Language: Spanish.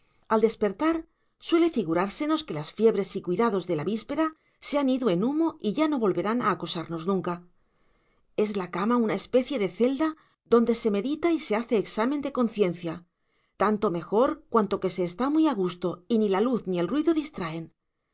al despertar suele figurársenos que las fiebres y cuidados de la víspera se han ido en humo y ya no volverán a acosarnos nunca es la cama una especie de celda donde se medita y hace examen de conciencia tanto mejor cuanto que se está muy a gusto y ni la luz ni el ruido distraen